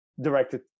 directed